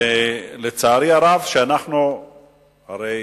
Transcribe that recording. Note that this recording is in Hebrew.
לצערי הרב, הרי